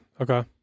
okay